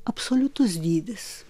absoliutus dydis